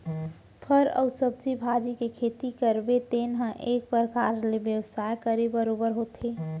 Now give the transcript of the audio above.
फर अउ सब्जी भाजी के खेती करबे तेन ह एक परकार ले बेवसाय करे बरोबर होथे